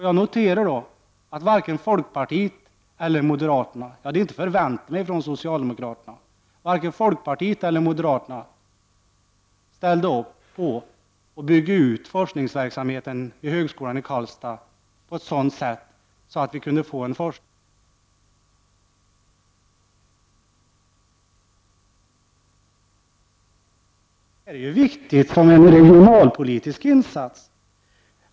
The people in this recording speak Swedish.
Jag noterade då att varken folkpartiet eller moderaterna — jag hade inte förväntat mig det av socialdemokraterna — ställde upp på att bygga ut forskningsverksamheten vid högskolan i Karlstad på ett sådant sätt att vi kunde få en forskning värd namnet. Men detta är inte viktigt enbart för forskningens inre verksamhet. Detta är viktigt som en regionalpolitisk insats.